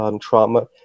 trauma